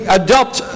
adopt